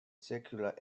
circular